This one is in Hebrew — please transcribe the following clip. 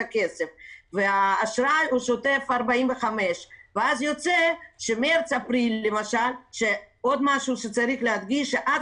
הכסף והאשראי הוא שוטף פלוס 45. צריך גם להדגיש שעד